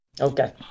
Okay